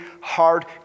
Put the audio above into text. hard